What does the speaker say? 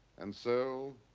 and so.